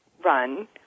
run